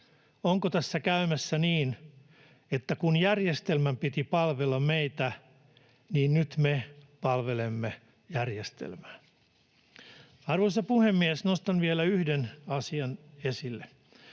Onko tässä käymässä niin, että kun järjestelmän piti palvella meitä, niin nyt me palvelemme järjestelmää? Arvoisa puhemies! Nostan esille vielä yhden asian.